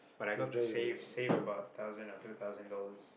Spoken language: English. but I got to save save about thousand or two thousand dollars